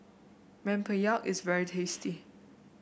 Rempeyek is very tasty